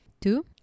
Two